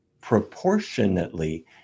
proportionately